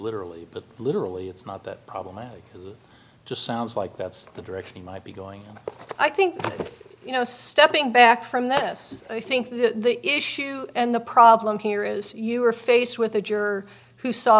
literally but literally it's not that problematic just sounds like that's the direction might be going i think you know stepping back from that yes i think the issue and the problem here is you are faced with a juror who saw